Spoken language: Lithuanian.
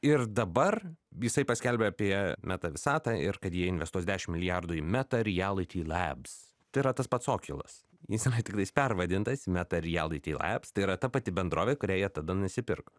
ir dabar jisai paskelbė apie meta visatą ir kad jie investuos dešim milijardų į meta rijelity lebs tai yra tas pats okiulas jis tenais tiktais pervadintas į meta rijelity lebs tai yra ta pati bendrovė kurią jie tada nusipirko